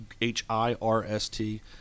H-I-R-S-T